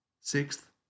Sixth